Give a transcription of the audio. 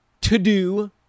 to-do